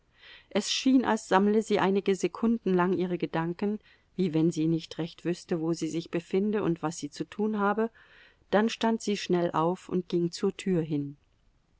es schien als sammle sie einige sekunden lang ihre gedanken wie wenn sie nicht recht wüßte wo sie sich befinde und was sie zu tun habe dann stand sie schnell auf und ging zur tür hin